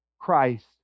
Christ